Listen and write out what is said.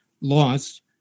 lost